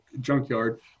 junkyard